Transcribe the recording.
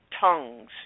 tongues